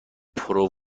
پرو